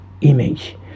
image